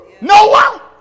Noah